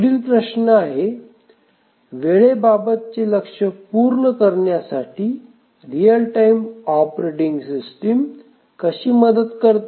पुढील प्रश्न आहे वेळेबाबतचे लक्ष्य पूर्ण करण्यासाठी रियल टाइम ऑपरेटिंग सिस्टीम कशी मदत करते